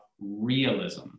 realism